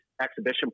exhibition